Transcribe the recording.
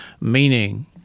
meaning